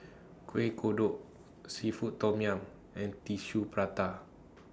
Kuih Kodok Seafood Tom Yum and Tissue Prata